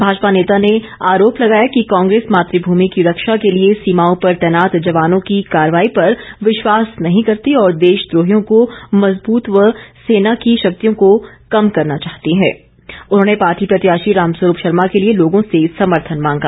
भाजपा नेता ने आरोप लगाया कि कांग्रेस मातृभूमि की रक्षा के लिए सीमाओं पर तैनात जवानों की कार्रवाई पर विश्वास नहीं करती और देशद्रोहियों को मजबूत व सेना की शक्तियों को कम करना चाहती हैं उन्होंने पार्टी प्रत्याशी रामस्वरूप शर्मा के लिए लोगों से समर्थन मांगा